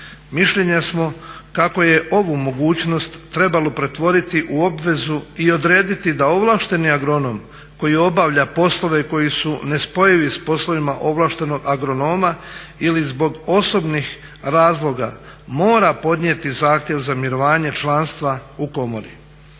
Mišljenja smo kako je ovu mogućnost trebalo pretvoriti u obvezu i odrediti da ovlašteni agronom koji obavlja poslove koji su nespojivi sa poslovima ovlaštenog agronoma ili zbog osobnih razloga mora podnijeti zahtjev za mirovanje članstva u komori.